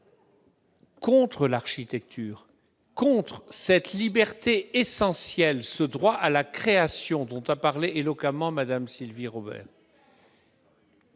contre l'architecture, contre cette liberté essentielle, ce droit à la création dont a parlé éloquemment Mme Sylvie Robert.